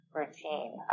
routine